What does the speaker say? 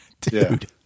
dude